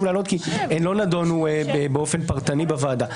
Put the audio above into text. להעלות כי הן לא נדונו באופן פרטני בוועדה.